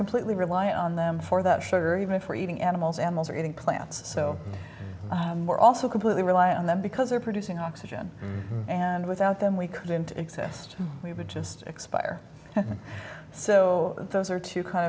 completely reliant on them for that sugar even if we're eating animals animals or eating plants so we're also completely rely on them because they're producing oxygen and without them we couldn't exist we would just expire so those are two kind